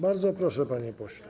Bardzo proszę, panie pośle.